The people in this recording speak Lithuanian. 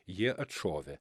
jie atšovė